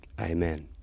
amen